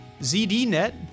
ZDNet